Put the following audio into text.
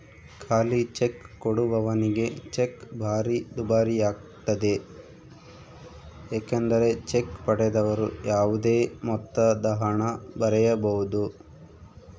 ಖಾಲಿಚೆಕ್ ಕೊಡುವವನಿಗೆ ಚೆಕ್ ಭಾರಿ ದುಬಾರಿಯಾಗ್ತತೆ ಏಕೆಂದರೆ ಚೆಕ್ ಪಡೆದವರು ಯಾವುದೇ ಮೊತ್ತದಹಣ ಬರೆಯಬೊದು